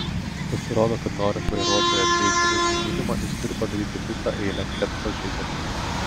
pasirodo kad norint vairuotoją teisti už nužudymą jis turi padaryti visą eilę ket pažeidimų